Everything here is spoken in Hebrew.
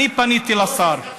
אני פניתי לשר.